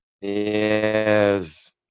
Yes